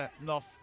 enough